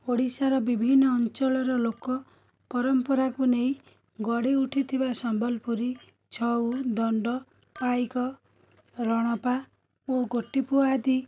ଓଡ଼ିଶାରେ ବିଭିନ୍ନ ଅଞ୍ଚଳର ଲୋକ ପରମ୍ପରାକୁ ନେଇ ଗଢ଼ିଉଠିଥିବା ସମ୍ବଲପୁରୀ ଛଉ ଦଣ୍ଡ ପାଇକ ରଣପା ଓ ଗୋଟିପୁଅ ଆଦି